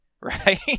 right